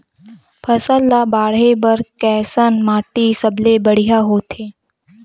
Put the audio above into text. फसल ला बाढ़े बर कैसन माटी सबले बढ़िया होथे?